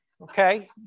okay